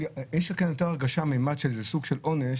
יש כאן יותר הרגשה של ממד של איזה סוג של עונש,